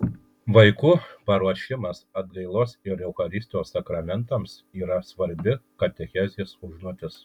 vaikų paruošimas atgailos ir eucharistijos sakramentams yra svarbi katechezės užduotis